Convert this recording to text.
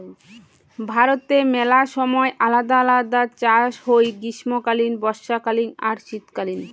ভারতে মেলা সময় আলদা আলদা চাষ হই গ্রীষ্মকালীন, বর্ষাকালীন আর শীতকালীন